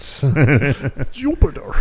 Jupiter